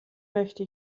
möchte